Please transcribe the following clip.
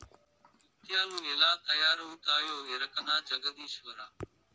ముత్యాలు ఎలా తయారవుతాయో ఎరకనా జగదీశ్వరా